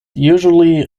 usually